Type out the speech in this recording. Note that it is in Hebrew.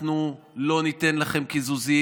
אנחנו לא ניתן לכם קיזוזים,